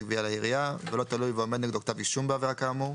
גבייה לעירייה ולא תלוי ועומד נגדו כתב אישום בעבירה כאמור,